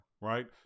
right